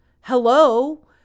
Hello